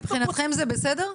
מבחינתכם זה בסדר?